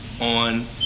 on